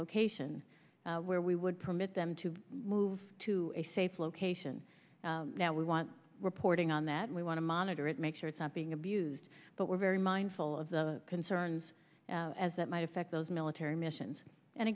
location where we would permit them to move to a safe location now we want reporting on that we want to monitor it make sure it's not being abused but we're very mindful of the concerns as that might affect those military missions and